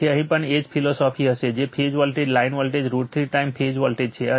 તેથી અહીં પણ એ જ ફિલોસોફી હશે કે phase voltage line voltage √ 3 time phase voltage છે